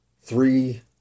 three